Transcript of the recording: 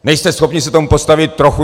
Nejste schopni se tomu postavit trochu...